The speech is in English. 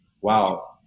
wow